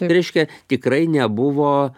tai reiškia tikrai nebuvo